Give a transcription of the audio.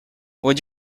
would